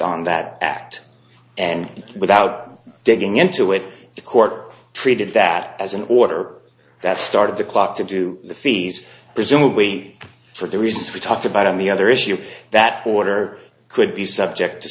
on that act and without digging into it the court treated that as an order that started the clock to do the fees presumably for the reasons we talked about on the other issue that order could be subject